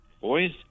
boys